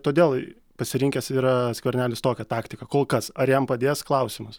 todėl pasirinkęs yra skvernelis tokią taktiką kol kas ar jam padės klausimas